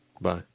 Bye